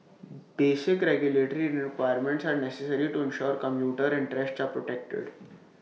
basic regulatory requirements are necessary to ensure commuter interests are protected